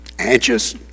anxious